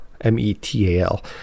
M-E-T-A-L